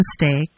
mistake